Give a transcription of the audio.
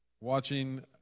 watching